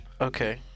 Okay